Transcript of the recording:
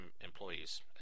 employees